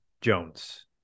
jones